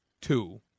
two